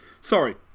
Sorry